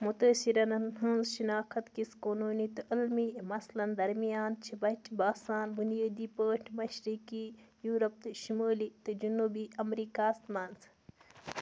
متٲثِرنَن ہٕنٛز شناخت کِس قٲنوٗنی تہٕ علمی مَسلَن درمیان چھِ بچہٕ باسان بُنیٲدی پٲٹھۍ مشرقی یوٗرپ تہٕ شُمٲلی تہٕ جنوٗبی امریکہ ہَس منٛز